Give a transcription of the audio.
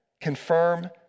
confirm